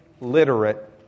literate